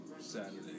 Saturday